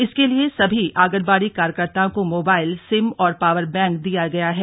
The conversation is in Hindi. इसके लिए सभी आंगनबाडी कार्यकर्ताओं को मोबाइल सिम और पावर बैंक दिया गया है